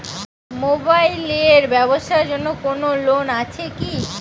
Mobile এর ব্যাবসার জন্য কোন লোন আছে কি?